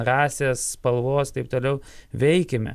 rasės spalvos taip toliau veikime